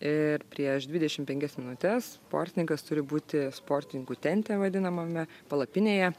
ir prieš dvidešim penkias minutes portininkas turi būti sportininkų tente vadinamame palapinėje